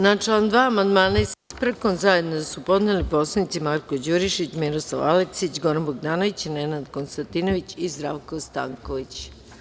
Na član 2. amandmane sa ispravkom zajedno su podneli poslanici Marko Đurišić, Miroslav Aleksić, Goran Bogdanović, Nenad Konstantinović i Zdravko Stanković.